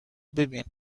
ببین